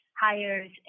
hires